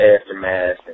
aftermath